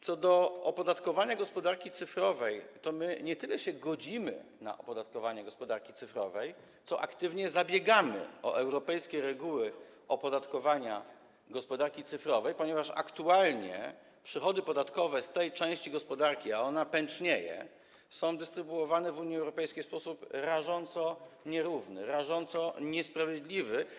Co do opodatkowania gospodarki cyfrowej, to nie tyle godzimy się na opodatkowanie gospodarki cyfrowej, co aktywnie zabiegamy o europejskie reguły opodatkowania gospodarki cyfrowej, ponieważ aktualnie przychody podatkowe z tej części gospodarki, a ona pęcznieje, są dystrybuowane w Unii Europejskiej w sposób rażąco nierówny, rażąco niesprawiedliwy.